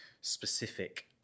specific